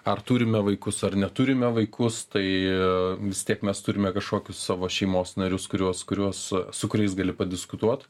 ar turime vaikus ar neturime vaikus tai vis tiek mes turime kažkokius savo šeimos narius kuriuos kurios su kuriais gali padiskutuot